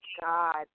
God